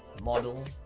model,